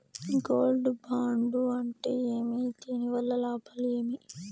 Gold bond అంటే ఏమి? దీని వల్ల లాభాలు ఏమి?